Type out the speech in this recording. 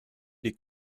die